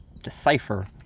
decipher